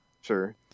Sure